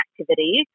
activities